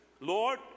Lord